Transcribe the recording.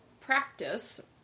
practice